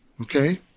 okay